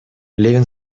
левин